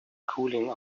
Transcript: cooling